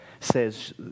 says